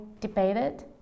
debated